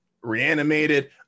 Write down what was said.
reanimated